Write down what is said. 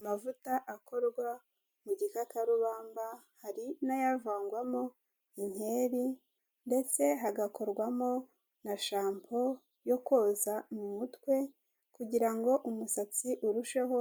Amavuta akorwa mu gikakarubamba, hari n'ayavangwamo inkeri ndetse hagakorwamo na shampo yo koza mu mutwe kugira ngo umusatsi urusheho